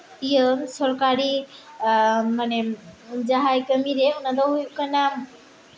ᱤᱭᱟᱹ ᱥᱚᱨᱠᱟᱨᱤ ᱢᱟᱱᱮ ᱡᱟᱦᱟᱸᱭ ᱠᱟᱹᱢᱤᱨᱮ ᱚᱱᱟᱫᱚ ᱦᱩᱭᱩᱜ ᱠᱟᱱᱟ